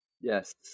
Yes